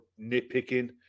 nitpicking